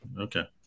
Okay